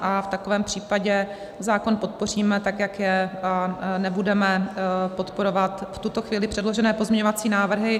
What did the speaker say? V takovém případě zákon podpoříme tak, jak je, a nebudeme podporovat v tuto chvíli předložené pozměňovací návrhy.